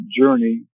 journey